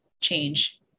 change